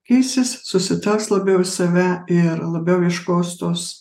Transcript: keisis susitelks labiau į save ir labiau ieškos tos